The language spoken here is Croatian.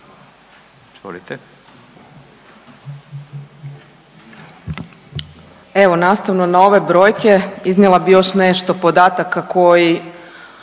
Evo nastavno na ove brojke, iznijela bih još nešto podataka koji